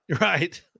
Right